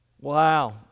Wow